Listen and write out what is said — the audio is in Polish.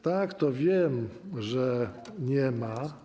Tak, to wiem, że nie ma.